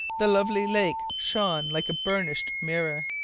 the lovely lake shone like a burnished mirror.